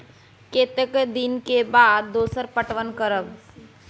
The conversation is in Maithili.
कतेक दिन के बाद दोसर पटवन करब?